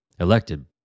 Elected